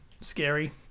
scary